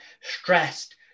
stressed